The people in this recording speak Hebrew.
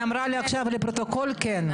היא אמרה לי עכשיו לפרוטוקול כן.